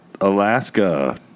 Alaska